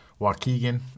Waukegan